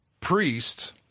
priests